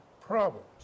problems